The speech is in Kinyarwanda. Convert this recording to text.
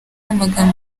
amagambo